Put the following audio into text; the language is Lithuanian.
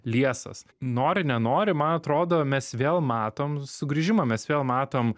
liesas nori nenori man atrodo mes vėl matom sugrįžimą mes vėl matom